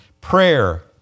prayer